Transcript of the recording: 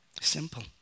Simple